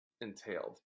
entailed